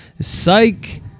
Psych